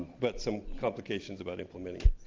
but some complications about implementing it.